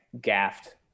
gaffed